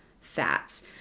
fats